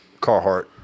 Carhartt